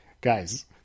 Guys